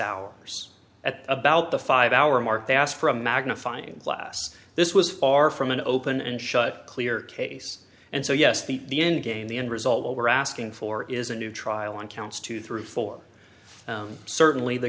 hours at about the five hour mark they asked for a magnifying glass this was far from an open and shut clear case and so yes the the end game the end result what we're asking for is a new trial on counts two through four certainly the